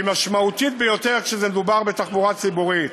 שהיא משמעותית ביותר כשמדובר בתחבורה הציבורית.